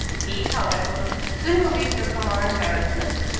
he, however, soon relieved her from her embarrassment.